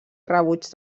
rebuig